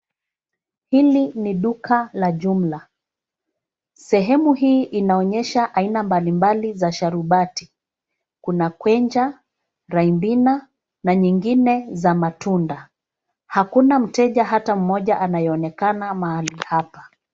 Hili ni duka la jumla. Sehemu hii inaonyesha aina mbalimbali za sharubati kuna quencher, ribina na zingine za matunda. Hakuna mteja hata mmoja anayeonekana mahali hapa.